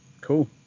cool